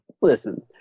listen